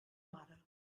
mare